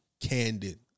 candid